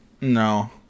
no